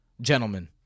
gentlemen